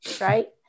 right